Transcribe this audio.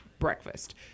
breakfast